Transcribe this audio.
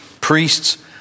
priests